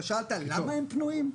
שאלת למה הם פנויים?